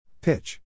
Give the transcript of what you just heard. Pitch